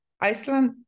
iceland